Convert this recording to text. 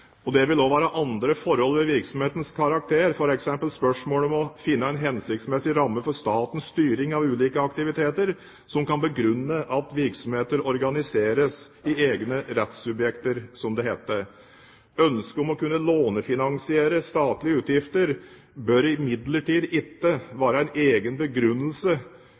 Det kan også være andre forhold ved virksomhetens karakter, f.eks. spørsmål om å finne en hensiktsmessig ramme for statens styring av ulike aktiviteter, som kan begrunne at virksomheter organiseres som egne rettssubjekter, som det heter. Ønsker om å kunne lånefinansiere statlige utgifter bør imidlertid ikke